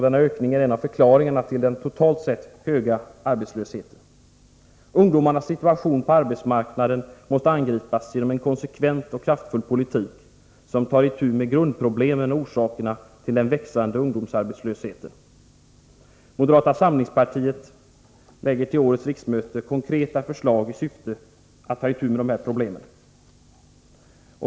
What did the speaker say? Denna ökning är en av förklaringarna till den totalt sett höga arbetslösheten. Ungdomarnas situation på arbetsmarknaden måste angripas genom en konsekvent och kraftfull politik, som tar itu med grundproblemen och orsakerna till den växande ungdomsarbetslösheten. Moderata samlingspartiet lägger till årets riksmöte fram konkreta förslag i syfte att ta itu med dessa problem.